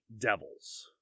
devils